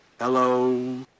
Hello